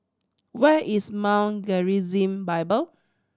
where is Mount Gerizim Bible